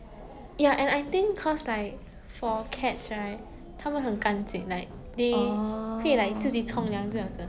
yeah and I think cause like for cats right 它们很干净 like they 会自己冲凉这样子